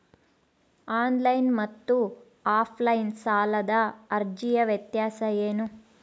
Online ಮತ್ತು offline ಸಾಲದ ಅರ್ಜಿಯ ವ್ಯತ್ಯಾಸ ಏನು?